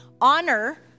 Honor